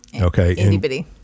okay